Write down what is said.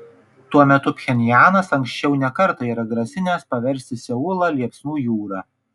tuo metu pchenjanas anksčiau ne kartą yra grasinęs paversti seulą liepsnų jūra